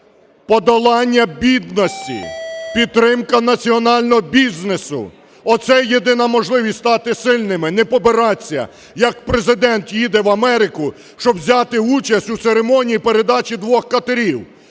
подолання бідності, підтримка національного бізнесу – оце єдина можливість стати сильними. Не побиратися, як Президент їде в Америку, щоб взяти участь у церемонії передачі двох катерів,